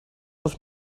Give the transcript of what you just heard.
auf